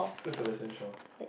who's Sebestian-Shaw